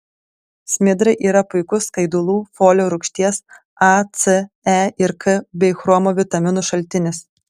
smidrai yra puikus skaidulų folio rūgšties a c e ir k bei chromo vitaminų šaltinis